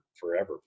forever